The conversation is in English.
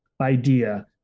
idea